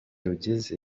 rugeze